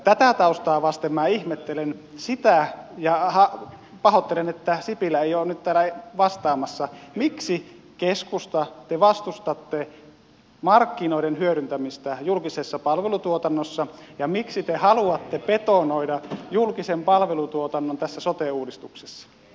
tätä taustaa vasten minä ihmettelen sitä ja pahoittelen että sipilä ei ole nyt täällä vastaamassa miksi keskusta te vastustatte markkinoiden hyödyntämistä julkisessa palvelutuotannossa ja miksi te haluatte betonoida julkisen palvelutuotannon tässä sote uudistuksessa